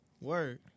Word